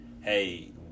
hey